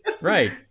Right